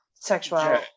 sexual